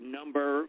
number